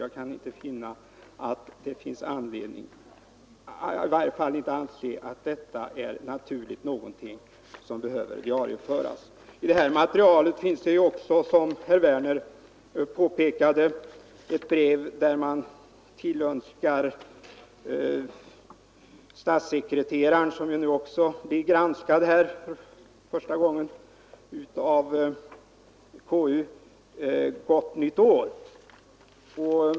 Jag kan inte finna att detta är någonting som naturligen bör diarieföras. 105 I det här materialet finns det, som herr Werner i Malmö påpekade, också ett brev där statssekreteraren — som nu för första gången blir granskad av konstitutionsutskottet — tillönskas gott nytt år.